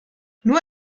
nur